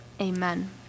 Amen